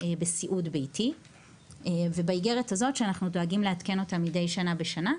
בסיעוד ביתי ובאיגרת הזו שאנחנו דואגים לעדכן אותה שנה בשנה,